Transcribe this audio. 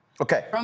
Okay